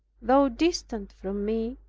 though distant from me,